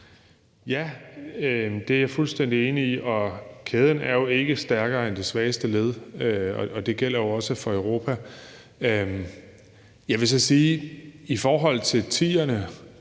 Det er jeg fuldstændig enig i, og kæden er jo ikke stærkere end det svageste led, og det gælder jo også for Europa. Jeg vil så i forhold til 2010'erne,